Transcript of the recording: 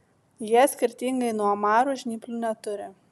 jie skirtingai nuo omarų žnyplių neturi